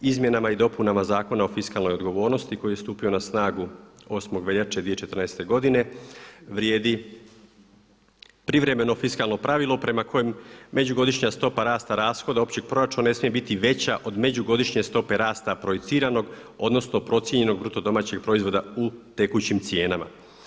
Izmjenama i dopunama Zakona o fiskalnoj odgovornosti koji je stupio na snagu 8. veljače 2014. vrijedi privremeno fiskalno pravilo prema kojem međugodišnja stopa rasta rashoda općeg proračuna ne smije biti veća od međugodišnje stope rasta projiciranog odnosno procijenjenog BDP-a u tekućim cijenama.